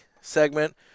segment